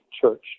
church